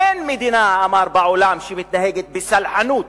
אין מדינה בעולם, הוא אמר, שמתנהגת בסלחנות,